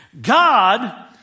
God